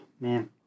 Man